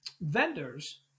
vendors